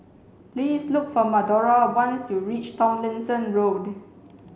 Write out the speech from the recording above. please look for Madora when you reach Tomlinson Road